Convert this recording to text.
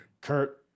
Kurt